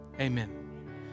amen